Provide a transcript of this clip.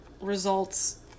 Results